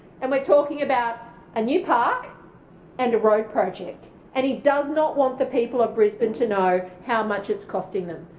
and we're talking about a new park and a road project and he does not want the people of brisbane to know how much it's costing them.